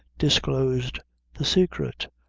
disclosed the secret.